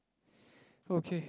okay